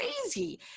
crazy